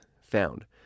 found